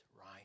right